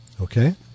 okay